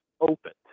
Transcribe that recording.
opened